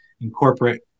incorporate